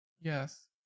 Yes